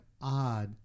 odd